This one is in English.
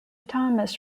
thomas